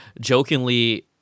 jokingly